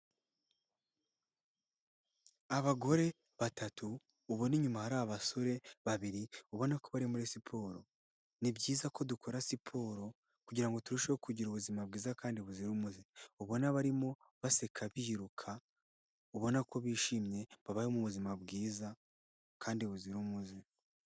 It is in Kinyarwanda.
Abagore batatu ubona inyuma hari abasore babiri ubona ko bari muri siporo. Ni byiza ko dukora siporo kugira ngo turusheho kugira ubuzima bwiza kandi buzira umuze, ubona abarimo baseka biruka ubona ko bishimye babayeho mu buzima bwiza kandi buzira umuze.